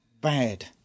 bad